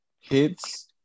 Hits